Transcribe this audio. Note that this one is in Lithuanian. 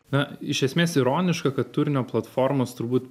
na iš esmės ironiška kad turinio platformos turbūt